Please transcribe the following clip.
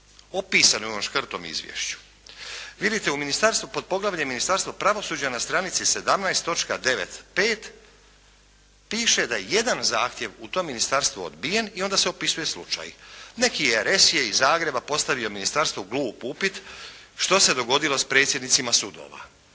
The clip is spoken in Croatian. Opisano je u ovom škrtom izvješću. Vidite, pod poglavljem Ministarstvo pravosuđa na stranici 17. točka 9.5. piše da je jedan zahtjev u tom ministarstvu odbijen i onda se opisuje slučaj. Neki …/Govornik se ne razumije./… iz Zagreba postavio ministarstvu glup upit što se dogodilo s predsjednicima sudova?